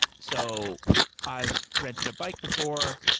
so i've rented a bike before.